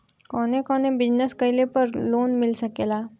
कवने कवने बिजनेस कइले पर लोन मिल सकेला?